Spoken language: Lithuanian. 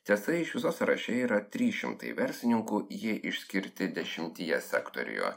tiesa iš viso sąraše yra trys šimtai verslininkų jie išskirti dešimtyje sektoriujo